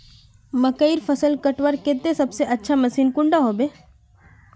मकईर फसल कटवार केते सबसे अच्छा मशीन कुंडा होबे?